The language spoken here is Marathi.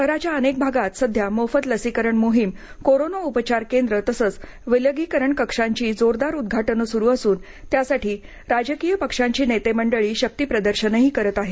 शहराच्या अनेक भागात सध्या मोफत लसीकरण मोहीम कोरोना उपचार केंद्र तसंच विलगीकरण कक्षाची जोरदार उद्घाटनं सुरु असून त्यासाठी राजकीय पक्षांची नेतेमंडळी शक्तिप्रदर्शनही करत आहेत